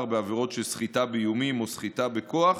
בעבירות של סחיטה באיומים וסחיטה בכוח.